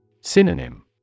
Synonym